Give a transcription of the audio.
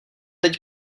teď